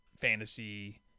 fantasy